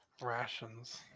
Rations